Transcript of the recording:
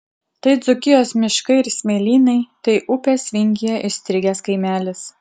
tai dzūkijos miškai ir smėlynai tai upės vingyje įstrigęs kaimelis